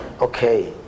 okay